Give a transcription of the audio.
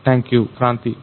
thank you Kranti